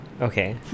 okay